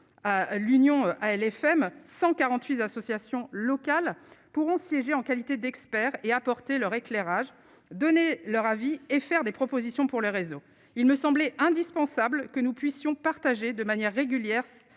l'Union, elle FM 148 associations locales pourront siéger en qualité d'expert et apporter leur éclairage, donner leur avis et faire des propositions pour les réseaux, il me semblait indispensable que nous puissions partager de manière régulière,